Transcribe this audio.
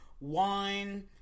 wine